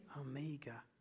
Omega